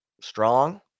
strong